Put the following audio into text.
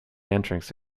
entrance